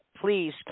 Please